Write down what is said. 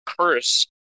curse